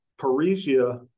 parisia